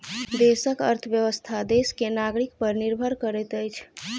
देशक अर्थव्यवस्था देश के नागरिक पर निर्भर करैत अछि